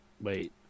wait